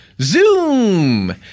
Zoom